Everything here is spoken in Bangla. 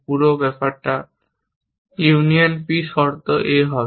পুরো ব্যাপারটা ইউনিয়ন p শর্ত a হবে